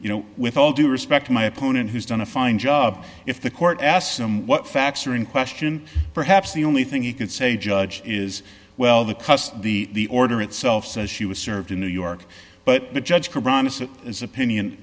you know with all due respect my opponent who's done a fine job if the court asks him what facts are in question perhaps the only thing you can say judge is well the cust the order itself says she was served in new york but the judge